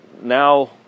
now